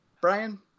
Brian